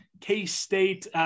K-State